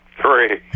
three